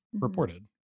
reported